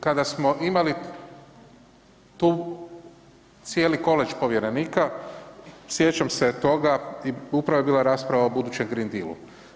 Kada smo imali tu cijeli koledž povjerenika, sjećam se toga i upravo je bila rasprava o budućem Green Dealu.